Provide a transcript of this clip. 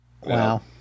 Wow